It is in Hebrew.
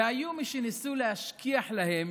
והיו מי שניסו להשכיח מהם